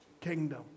kingdom